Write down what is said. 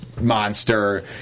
monster